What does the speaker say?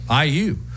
IU